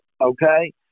okay